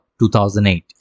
2008